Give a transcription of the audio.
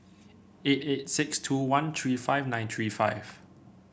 eight eight six two one three five nine three five